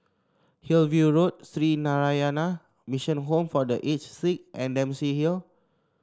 Hillview Road Sree Narayana Mission Home for The Aged Sick and Dempsey Hill